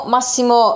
Massimo